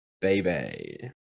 baby